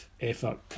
effort